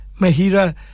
Mahira